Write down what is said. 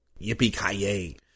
Yippee-ki-yay